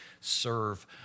serve